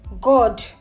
God